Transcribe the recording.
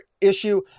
issue